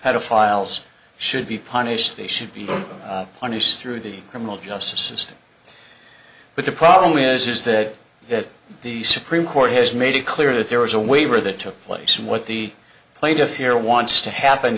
pedophiles should be punished they should be punished through the criminal justice system but the problem is is that that the supreme court has made it clear that there was a waiver that took place and what the plaintiff here wants to happen